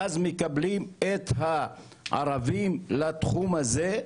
ואז מקבלים את הערבים לתחום הזה,